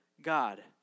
God